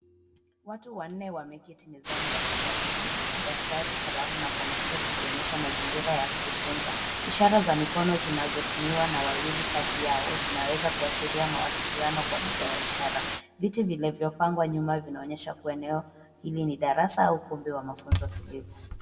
Watu wanne wameketi mezani wakijadili huku daftari, kalamu na kompyuta vikionyesha mazingira ya kujifunza. Ishara za mikono zinazotumiwa na wawili kati yao zinaweza kuashiria mawasiliano kwa lugha ya ishara. Viti vilivyopangwa nyuma vinaonyesha kuwa eneo hili ni darasa au ukumbi wa mafunzo tulivu.